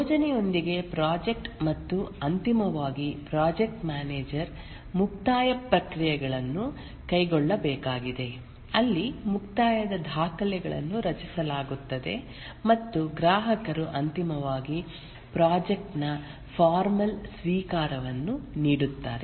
ಯೋಜನೆಯೊಂದಿಗೆ project ಮತ್ತು ಅಂತಿಮವಾಗಿ project manager ಮುಕ್ತಾಯ ಪ್ರಕ್ರಿಯೆಗಳನ್ನು ಕೈಗೊಳ್ಳಬೇಕಾಗಿದೆ ಅಲ್ಲಿ ಮುಕ್ತಾಯದ ದಾಖಲೆಗಳನ್ನು ರಚಿಸಲಾಗುತ್ತದೆ ಮತ್ತು ಗ್ರಾಹಕರು ಅಂತಿಮವಾಗಿ ಪ್ರಾಜೆಕ್ಟ್ ನ ಫಾರ್ಮಲ್ ಸ್ವೀಕಾರವನ್ನು ನೀಡುತ್ತಾರೆ